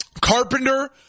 Carpenter